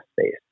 space